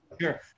Sure